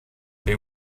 they